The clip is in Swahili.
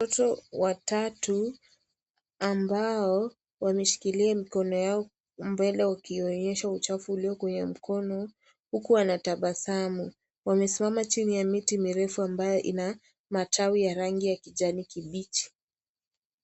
Watoto watatu ambao wameshikilia mikono yao mbele wakionyesha uchafu ulio kwenye mikono huku wanatabasamu. Wamesimama chini ya miti mirefu ambayo ina matawi ya rangi ya kijani kibichi.